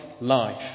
life